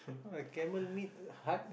camel meat hard